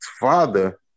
Father